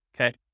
okay